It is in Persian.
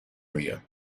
میگم